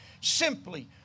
Simply